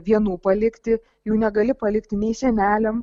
vienų palikti jų negali palikti nei seneliam